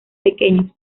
pequeños